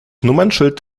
nummernschild